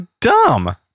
dumb